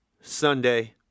Sunday